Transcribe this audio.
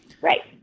right